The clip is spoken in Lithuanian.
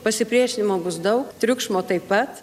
pasipriešinimo bus daug triukšmo taip pat